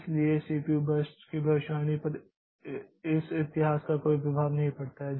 इसलिए CPU burst की भविष्यवाणी पर इस इतिहास का कोई प्रभाव नहीं पड़ता है